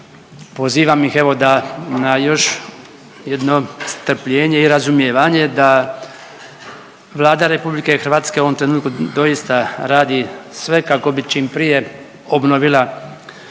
pozivam ih evo da na još jedno strpljenje i razumijevanje da Vlada Republike Hrvatske u ovom trenutku doista radi sve kako bi čim prije obnovila sve